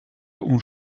uns